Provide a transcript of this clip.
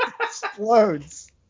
explodes